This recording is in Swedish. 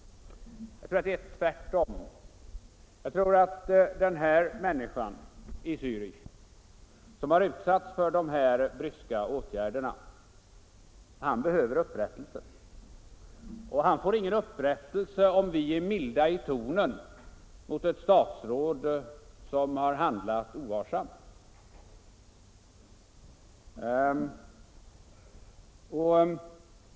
Jag tror att det är tvärtom. Jag tror att den här personen i Zärich, som utsatts för dessa bryska åtgärder, behöver upprättelse. Han får ingen upprättelse om vi är milda i tonen mot ett statsråd som handlat ovarsamt.